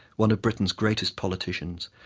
one of britain's greatest politicians,